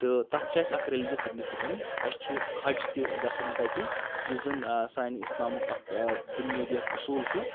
تہٕ تَتھ چھِ اَسہِ اَکھ ریٚلِجَس سِگنِفِکٮ۪نٕس اَسہِ چھُ حج تہِ گژھان تَتی یُس زَن سانہِ اِسلامُک اَکھ بُنیٲدی اَکھ اَصوٗل چھُ